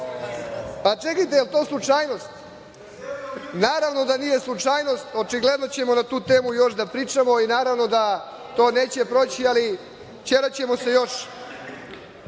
Da li je to slučajnost? Naravno da nije slučajnost. Očigledno ćemo na tu temu još da pričamo. Naravno da to neće proći, ali ćeraćemo se još. Što